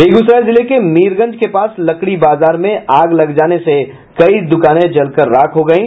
बेगूसराय जिले के मीरगंज के पास लकड़ी बाजार में आग लग जाने से कई दुकानें जलकर राख हो गयी